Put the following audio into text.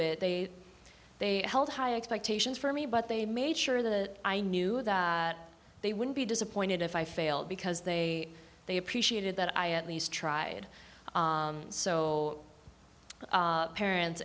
it they held high expectations for me but they made sure the i knew that they wouldn't be disappointed if i failed because they they appreciated that i at least tried so parents